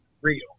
real